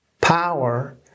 power